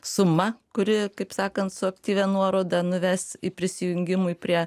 suma kuri kaip sakant su aktyvia nuoroda nuves į prisijungimui prie